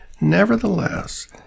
nevertheless